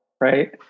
right